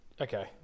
Okay